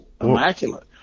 immaculate